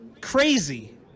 crazy